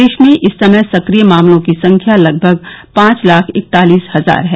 देश में इस समय सक्रिय मामलों की संख्या लगभग पांच लाख इकतालिस हजार है